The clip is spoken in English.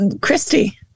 Christy